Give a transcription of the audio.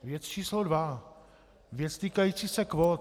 Věc číslo dva, věc týkající se kvót.